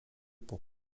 pour